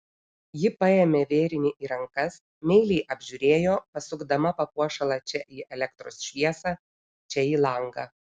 ji paėmė vėrinį į rankas meiliai apžiūrėjo pasukdama papuošalą čia į elektros šviesą čia į langą